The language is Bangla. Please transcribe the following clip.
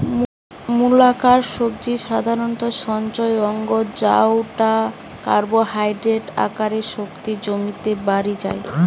মূলাকার সবজি সাধারণত সঞ্চয় অঙ্গ জউটা কার্বোহাইড্রেটের আকারে শক্তি জমিতে বাড়ি যায়